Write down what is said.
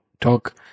talk